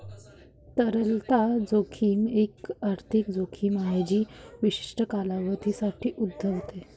तरलता जोखीम एक आर्थिक जोखीम आहे जी विशिष्ट कालावधीसाठी उद्भवते